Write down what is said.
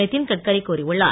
நிதின் கட்கரி கூறியுள்ளார்